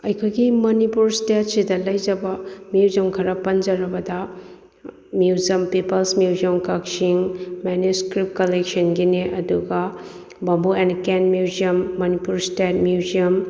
ꯑꯩꯈꯣꯏꯒꯤ ꯃꯅꯤꯄꯨꯔ ꯏꯁꯇꯦꯠꯁꯤꯗ ꯂꯩꯖꯕ ꯃ꯭ꯌꯨꯖꯝ ꯈꯔ ꯄꯟꯖꯔꯕꯗ museum peoples museum Kakching manage script ꯀꯂꯦꯛꯁꯟꯒꯤꯅꯤ ꯑꯗꯨꯒ ꯕꯦꯝꯕꯨ ꯑꯦꯟ ꯀꯦꯟ ꯃ꯭ꯌꯨꯖꯝ ꯃꯅꯤꯄꯨꯔ ꯏꯁꯇꯦꯠ ꯃ꯭ꯌꯨꯖꯝ